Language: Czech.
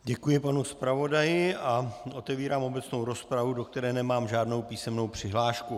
Děkuji panu zpravodaji a otevírám obecnou rozpravu, do které nemám žádnou písemnou přihlášku.